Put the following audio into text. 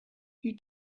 you